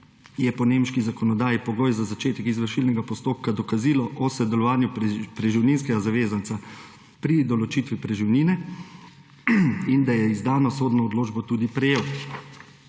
je po nemški zakonodaji pogoj za začetek izvršilnega postopka dokazilo o sodelovanju preživninskega zavezanca pri določitvi preživnine in da je izdano sodno odločbo tudi prejel.